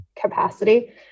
capacity